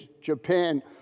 Japan